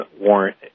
warrant